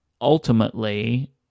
Ultimately